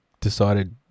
decided